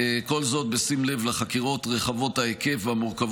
גם זה לא מובן